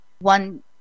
one